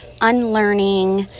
unlearning